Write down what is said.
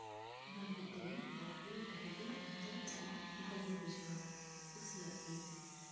ᱚᱱᱟ ᱞᱟᱹᱜᱤᱫ ᱛᱮᱜᱮ ᱵᱚᱞ ᱠᱷᱮᱞᱳᱰ ᱰᱟ ᱦᱤᱜᱮ ᱤᱧ ᱫᱚ ᱪᱟᱞᱟᱜ ᱵᱷᱟᱜᱮᱧ ᱵᱩᱡᱷᱟᱹᱣᱟ ᱠᱩᱥᱤᱭᱟᱜ ᱜᱮᱭᱟᱹᱧ